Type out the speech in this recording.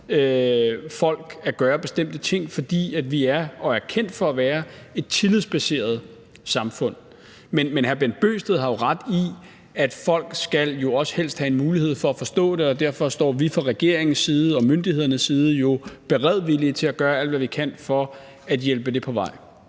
folk at gøre bestemte ting– fordi vi er og er kendt for at være et tillidsbaseret samfund. Men hr. Bent Bøgsted har ret i, at folk jo også helst skal have en mulighed for at forstå det, og derfor er vi fra regeringens side og myndighedernes side beredvillige i forhold til at gøre alt, hvad vi kan, for at hjælpe det på vej.